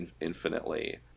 infinitely